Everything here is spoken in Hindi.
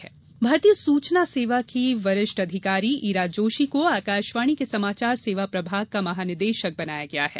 महानिदेशक भारतीय सूचना सेवा की वरिष्ठ अधिकारी ईरा जोशी को आकाशवाणी के समाचार सेवा प्रभाग का महानिदेशक बनाया गया है